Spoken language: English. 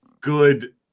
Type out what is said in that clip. good